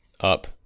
up